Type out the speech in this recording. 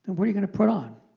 and what are you going to put on?